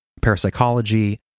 parapsychology